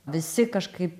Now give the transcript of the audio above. visi kažkaip